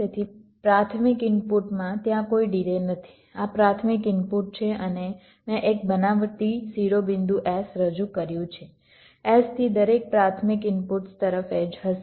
તેથી પ્રાથમિક ઇનપુટમાં ત્યાં કોઈ ડિલે નથી આ પ્રાથમિક ઇનપુટ છે અને મેં એક બનાવટી શિરોબિંદુ s રજૂ કર્યું છે s થી દરેક પ્રાથમિક ઇનપુટ્સ તરફ એડ્જ હશે